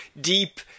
deep